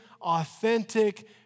authentic